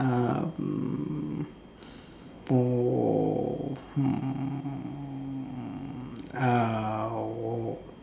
oh mm uh